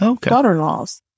daughter-in-law's